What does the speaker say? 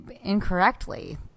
incorrectly